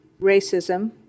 racism